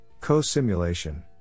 co-simulation